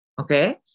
Okay